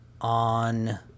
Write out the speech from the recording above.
on